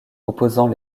opposant